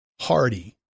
Hardy